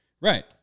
Right